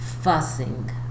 fussing